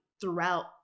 throughout